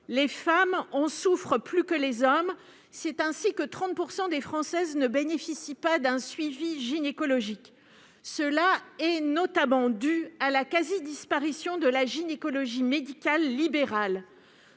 Les femmes en souffrent plus que les hommes. Ainsi, 30 % des Françaises ne bénéficient pas d'un suivi gynécologique. C'est notamment dû à la quasi-disparition de la gynécologie médicale libérale.